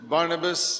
Barnabas